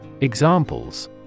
Examples